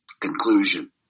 conclusion